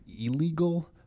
illegal